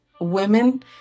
women